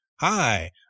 hi